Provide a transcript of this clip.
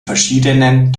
verschiedenen